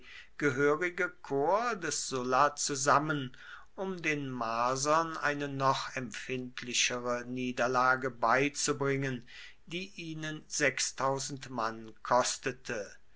gehörige korps des sulla zusammen um den marsern eine noch empfindlichere niederlage beizubringen die ihnen mann kostete